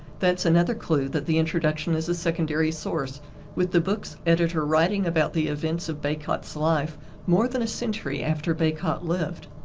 that's another clue that the introduction is a secondary source with the book's editor writing about the events of bacot's life more than a century after bacot lived.